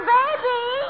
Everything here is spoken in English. baby